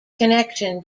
connection